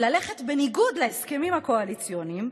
ללכת בניגוד להסכמים הקואליציוניים,